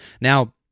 now